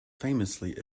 famously